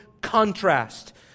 contrast